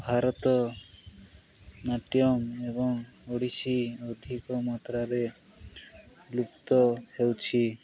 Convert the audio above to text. ଭାରତନାଟ୍ୟମ ଏବଂ ଓଡ଼ିଶୀ ଅଧିକ ମାତ୍ରାରେ ଲୁପ୍ତ ହେଉଛି